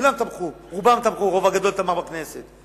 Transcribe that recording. כולם תמכו, רובם תמכו, הרוב הגדול תמך, בכנסת.